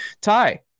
Ty